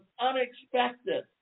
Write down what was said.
unexpected